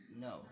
No